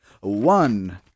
One